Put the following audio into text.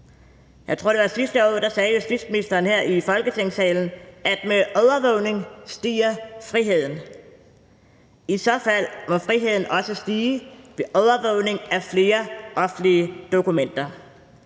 Jeg tror, det var sidste år, justitsministeren her i Folketingssalen sagde, at med overvågning stiger friheden. I så fald må friheden også stige ved overvågning af flere offentlige dokumenter.